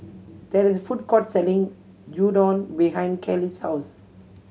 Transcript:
there is a food court selling Gyudon behind Kelly's house